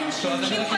חבר